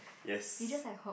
yes